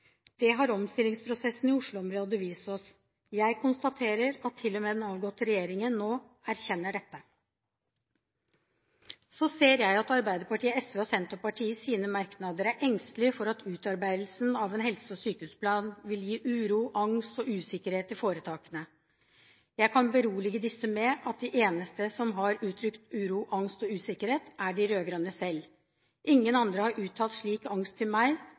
Det har omstillingsprosessen i Oslo-området vist oss. Jeg konstaterer at til og med den avgåtte regjeringen nå erkjenner dette. Så ser jeg at Arbeiderpartiet, SV og Senterpartiet i sine merknader er engstelige for at utarbeidelsen av en helse- og sykehusplan vil gi uro, angst og usikkerhet i foretakene. Jeg kan berolige disse med at de eneste som har uttrykt uro, angst og usikkerhet, er de rød-grønne selv. Ingen andre har uttalt slik angst til meg,